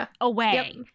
away